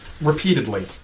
repeatedly